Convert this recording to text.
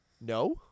No